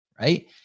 right